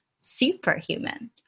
superhuman